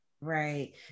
Right